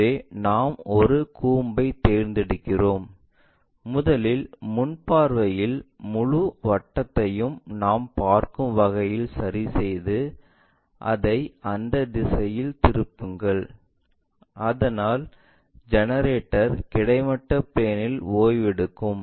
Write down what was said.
எனவே நாம் ஒரு கூம்பைத் தேர்ந்தெடுப்போம் முதலில் முன் பார்வையில் முழு வட்டத்தையும் நாம் பார்க்கும் வகையில் சரிசெய்து அதை அந்த திசையில் திருப்புங்கள் அதனால் ஜெனரேட்டர் கிடைமட்ட பிளேன்இல் ஓய்வெடுக்கும்